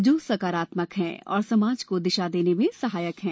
जो सकारात्मक है और समाज को दिशा देने में सहायक है